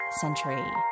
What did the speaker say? century